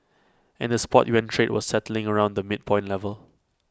and the spot yuan trade was settling around the midpoint level